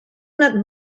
not